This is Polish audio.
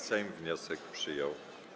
Sejm wniosek przyjął.